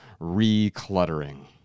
recluttering